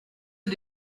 est